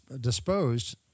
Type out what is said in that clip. disposed